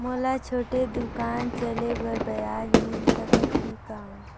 मोला छोटे दुकान चले बर ब्याज मिल सकत ही कौन?